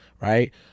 right